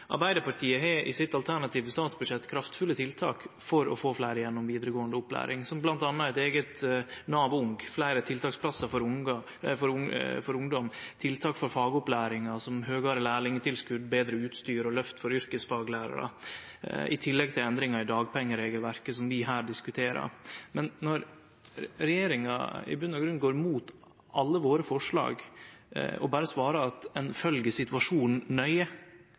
Arbeidarpartiet har i sitt alternative statsbudsjett kraftfulle tiltak for å få fleire gjennom vidaregåande opplæring, som bl.a. eit eige Nav Ung, fleire tiltaksplassar for ungdom, tiltak for fagopplæring som høgare lærlingtilskot, betre utstyr og løft for yrkesfaglærarar, i tillegg til endringar i dagpengeregelverket, som vi her diskuterer. Men når regjeringa i verkelegheita går mot alle våre forslag og berre svarer at ein følgjer situasjonen nøye,